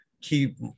keep